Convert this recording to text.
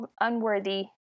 unworthy